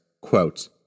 quote